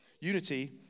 Unity